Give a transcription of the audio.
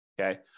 Okay